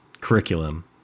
curriculum